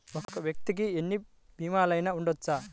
ఒక్క వ్యక్తి ఎన్ని భీమలయినా చేయవచ్చా?